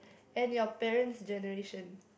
and your parents generation